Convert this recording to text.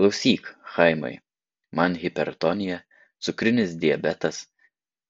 klausyk chaimai man hipertonija cukrinis diabetas